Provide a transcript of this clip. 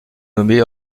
nommée